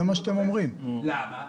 למה?